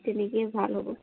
তেনেকৈ ভাল হ'ব